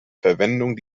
verwendung